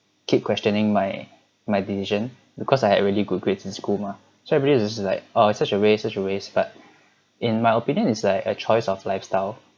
keep questioning my my decision because I had really good grades in school mah so it really just like uh such a waste such a waste but in my opinion is like a choice of lifestyle